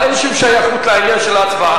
אבל אין שום שייכות לעניין של ההצבעה.